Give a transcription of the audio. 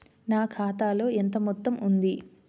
నా ఖాతాలో ఎంత మొత్తం ఉంది?